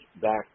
back